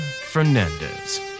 Fernandez